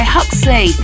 Huxley